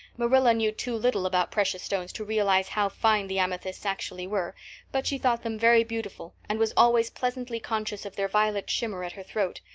marilla knew too little about precious stones to realize how fine the amethysts actually were but she thought them very beautiful and was always pleasantly conscious of their violet shimmer at her throat,